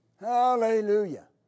Hallelujah